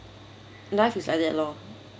life is like that loh